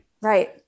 Right